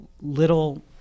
little